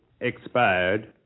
expired